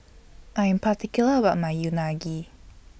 I Am particular about My Unagi